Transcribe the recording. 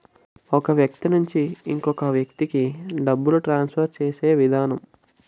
ఒక వ్యక్తి నుంచి ఇంకొక వ్యక్తికి డబ్బులు ట్రాన్స్ఫర్ చేసే విధానం